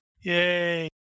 yay